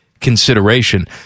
consideration